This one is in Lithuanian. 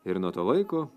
ir nuo to laiko